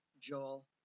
Joel